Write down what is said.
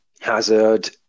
Hazard